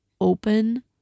open